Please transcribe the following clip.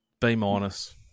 B-minus